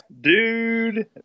dude